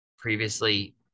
previously